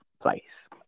place